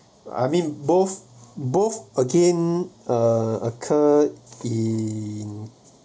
I mean both both again uh occurred in